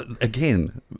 again